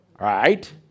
Right